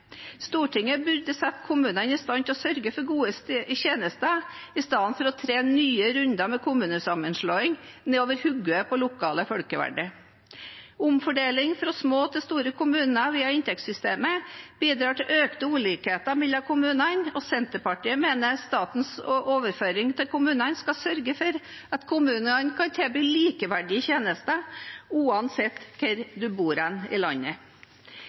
Stortinget burde satt kommunene i stand til å sørge for gode tjenester i stedet for å tre nye runder med kommunesammenslåing ned over hodet på lokale folkevalgte. Omfordeling fra små til store kommuner via inntektssystemet bidrar til økte ulikheter mellom kommunene. Senterpartiet mener statens overføring til kommunene skal sørge for at kommunene kan tilby likeverdige tjenester, uansett hvor hen man bor i landet.